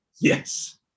Yes